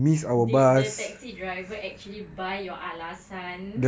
did the taxi driver actually buy your alasan